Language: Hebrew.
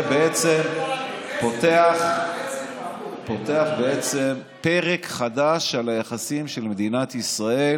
בעצם פותח פרק חדש ביחסים של מדינת ישראל